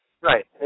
Right